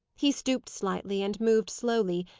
he stooped slightly, and moved slowly,